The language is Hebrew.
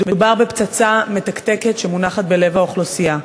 מדובר בפצצה מתקתקת שמונחת בלב האוכלוסייה.